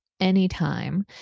Anytime